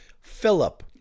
Philip